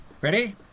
Ready